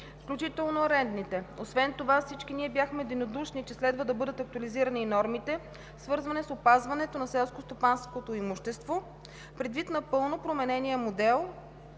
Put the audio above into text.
включително рентните. Освен това всички ние бяхме единодушни, че следва да бъдат актуализирани и нормите, свързани с опазването на селскостопанското имущество предвид напълно променения модел